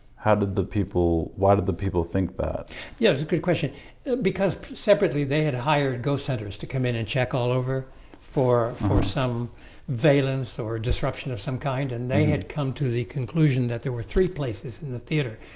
how did the people why did the people think that yeah it's a good question because separately they had hired ghost hunters to come in and check all over for for some valence or disruption of some kind and they had come to the conclusion that there were three places in the theater.